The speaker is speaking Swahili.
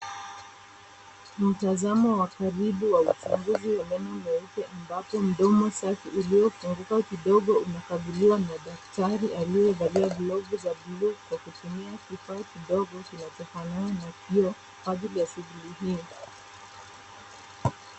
Ni mtazamo wa karibu wa uchunguzi wa meno meupe ambapo mdomo safi iliyo funguka kidogo ina kabiliwa na daktari aliye valia glovu za bluu kwa kutumia kifaa kidogo, kinacho fanana na kioo kwa ajili ya shuguli hio.